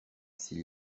s’il